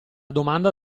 domanda